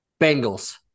Bengals